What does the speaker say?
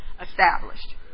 established